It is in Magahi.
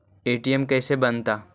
ए.टी.एम कैसे बनता?